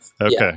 okay